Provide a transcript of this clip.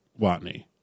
Watney